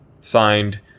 Signed